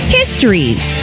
histories